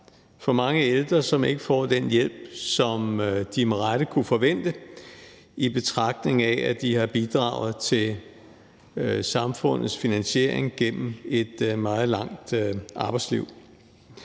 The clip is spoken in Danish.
for mange ældre, som ikke får den hjælp, som de med rette kunne forvente at få, i betragtning af at de har bidraget til samfundets finansiering gennem et meget langt arbejdsliv.